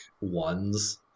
ones